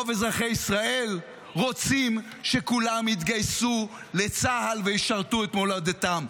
רוב אזרחי ישראל רוצים שכולם יתגייסו לצה"ל וישרתו את מולדתם.